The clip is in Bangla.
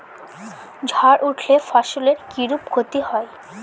ঝড় উঠলে ফসলের কিরূপ ক্ষতি হয়?